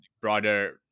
broader